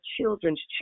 children's